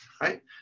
Right